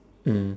mm